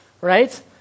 right